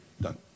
Done